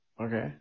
Okay